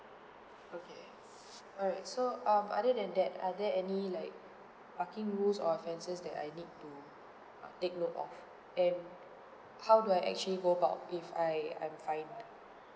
okay alright so um other than that are there any like parking rules or offences that I need to uh take note of and how do I actually go about if I I'm fined